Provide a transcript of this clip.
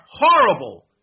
horrible